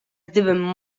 gdybym